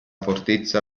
fortezza